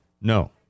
No